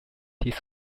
his